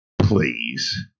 Please